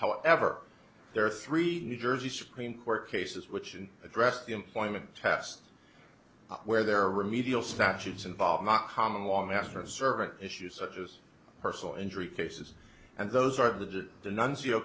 however there are three new jersey supreme court cases which and addressed the employment test where there are remedial statutes involved not common law master servant issues such as personal injury cases and those are the the nun